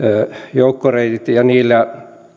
joukkoreitit ja niillä